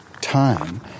time